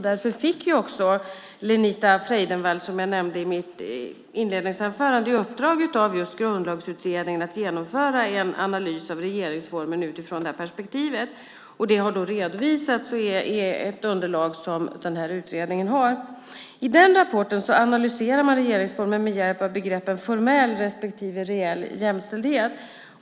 Därför fick också Lenita Freidenvall, som jag nämnde i mitt interpellationssvar, i uppdrag av Grundlagsutredningen att genomföra en analys av regeringsformen utifrån detta perspektiv. Den har redovisats och är ett underlag som utredningen har. I rapporten analyserar man regeringsformen med hjälp av begreppen formell respektive reell jämställdhet.